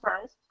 first